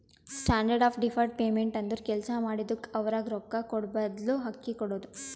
standard of deferred payment ಅಂದುರ್ ಕೆಲ್ಸಾ ಮಾಡಿದುಕ್ಕ ಅವ್ರಗ್ ರೊಕ್ಕಾ ಕೂಡಾಬದ್ಲು ಅಕ್ಕಿ ಕೊಡೋದು